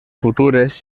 futures